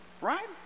right